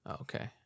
Okay